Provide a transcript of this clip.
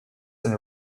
and